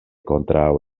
kontraŭ